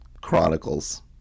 chronicles